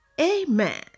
Amen